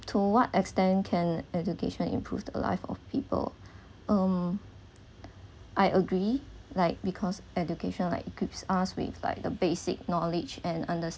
to what extent can education improved a life of people um I agree like because education like equips us with like the basic knowledge and under